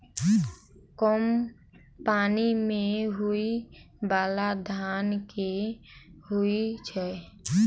कम पानि मे होइ बाला धान केँ होइ छैय?